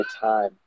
time